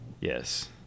Yes